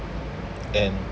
and